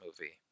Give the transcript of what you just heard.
movie